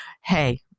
hey